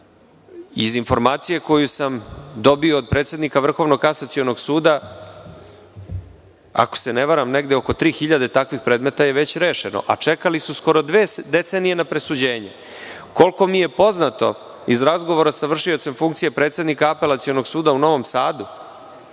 informacije koju sam dobio od predsednika Vrhovnog kasacionog suda, ako se ne varam, negde oko 3.000 takvih predmeta je već rešeno, a čekali su skoro dve decenije na presuđenje. Koliko mi je poznato iz razgovora sa vršiocem funkcije predsednika Apelacionog suda u Novom Sadu,